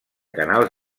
canals